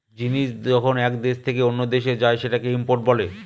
জিনিস যখন এক দেশ থেকে অন্য দেশে যায় সেটাকে ইম্পোর্ট বলে